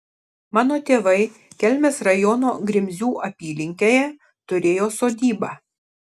mano tėvai kelmės rajono grimzių apylinkėje turėjo sodybą